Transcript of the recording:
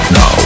no